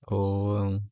oh wrong